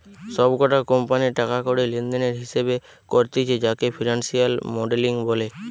সব কটা কোম্পানির টাকা কড়ি লেনদেনের হিসেবে করতিছে যাকে ফিনান্সিয়াল মডেলিং বলে